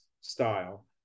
style